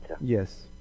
Yes